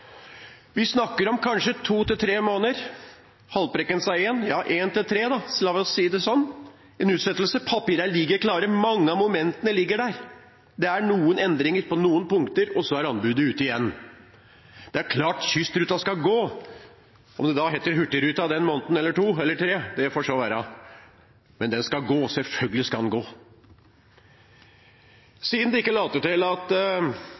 Vi snakker om kanskje to til tre måneder. Haltbrekken sa en. Ja, la oss si en til tre. En utsettelse: Papirene ligger klare. Mange av momentene ligger der. Det er noen endringer på noen punkter, og så er anbudet ute igjen. Det er klart kystruta skal gå, om det da heter hurtigruta den måneden, eller to, tre måneder, får så være. Men den skal gå – selvfølgelig skal den gå. Siden det ikke later til at